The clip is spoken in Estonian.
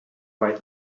vaid